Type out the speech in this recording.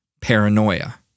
paranoia